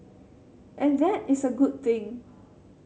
and that is a good thing